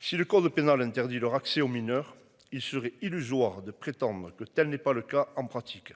Si le code pénal interdit leur accès aux mineurs. Il serait illusoire de prétendre que telle n'est pas le cas en pratique.